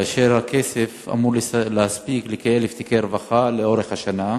והכסף אמור להספיק לכ-1,000 תיקי רווחה לאורך השנה.